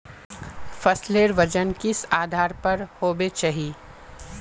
फसलेर वजन किस आधार पर होबे चही?